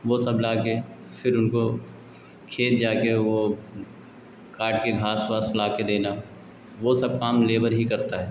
वह सब लाकर फिर उनको खेत जाकर वह काटकर घास वास लाकर देना वह सब काम लेबर ही करता है